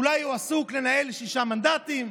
אולי הוא עסוק בניהול שישה מנדטים,